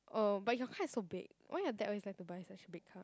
oh but your car is so big why your dad always like to buy such big car